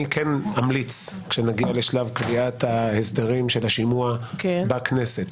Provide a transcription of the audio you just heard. אני כן אמליץ כשנגיע לשלב קביעת ההסדרים של השימוע בכנסת,